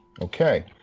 Okay